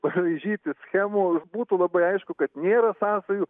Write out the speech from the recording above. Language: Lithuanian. braižyti schemų ir būtų labai aišku kad nėra sąsajų